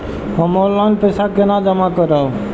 हम ऑनलाइन पैसा केना जमा करब?